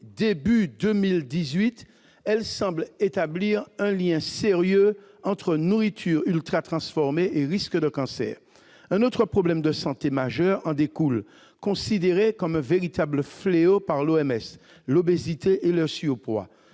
de l'année, elle semble établir un lien sérieux entre nourriture ultratransformée et risque de cancer. Un autre problème de santé majeur en découle, considéré comme un véritable fléau par l'Organisation mondiale